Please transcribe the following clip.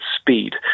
speed